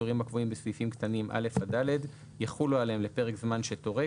האיסורים הקבועים בסעיפים קטנים (א) עד (ד) יחולו עליהם לפרק זמן שתורה,